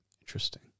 Interesting